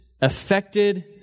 affected